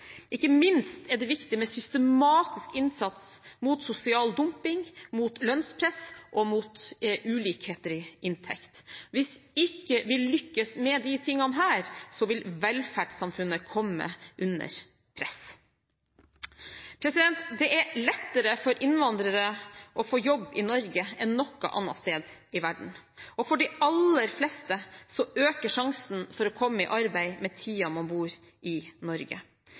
Ikke minst er det viktig med systematisk innsats mot sosial dumping, mot lønnspress og mot ulikheter i inntekt. Hvis vi ikke lykkes med dette, vil velferdssamfunnet komme under press. Det er lettere for innvandrere å få jobb i Norge enn noe annet sted i verden. For de aller fleste øker sjansen for å komme i arbeid med tiden man bor i Norge.